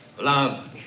love